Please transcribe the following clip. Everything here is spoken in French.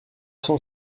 cent